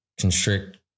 constrict